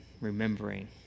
remembering